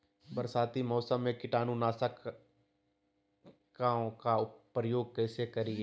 बरसाती मौसम में कीटाणु नाशक ओं का प्रयोग कैसे करिये?